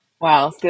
Wow